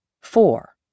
Four